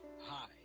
Hi